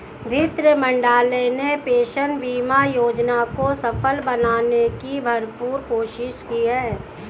वित्त मंत्रालय ने पेंशन बीमा योजना को सफल बनाने की भरपूर कोशिश की है